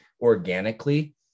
organically